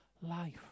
life